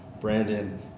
brandon